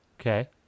Okay